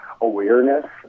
awareness